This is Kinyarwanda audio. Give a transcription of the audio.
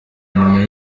nyuma